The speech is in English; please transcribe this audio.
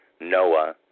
Noah